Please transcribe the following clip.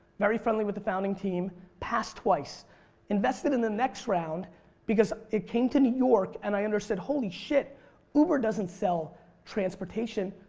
very friendly with the founding team passed twice invested and the next round because it came to new york and i understood holy shit uber doesn't sell transportation,